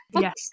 yes